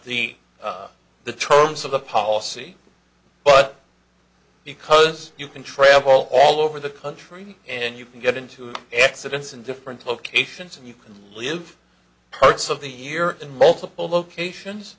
the the terms of the policy but because you can travel all over the country and you can get into accidents in different locations and you can live parts of the year in multiple